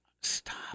stop